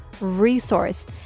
Resource